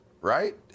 Right